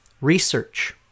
research